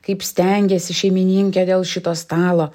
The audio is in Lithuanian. kaip stengėsi šeimininkė dėl šito stalo